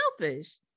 selfish